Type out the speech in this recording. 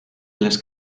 les